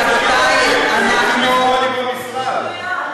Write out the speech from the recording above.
רוצים לפגוע לי במשרד.